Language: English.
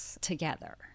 together